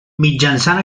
mitjançant